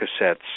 cassettes